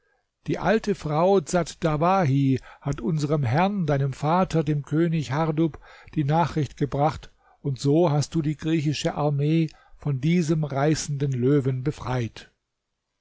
die alte frau dsat dawahi hat unserm herrn deinem vater dem könig hardub die nachricht gebracht und so hast du die griechische armee von diesem reißenden löwen befreit